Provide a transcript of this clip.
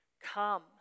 come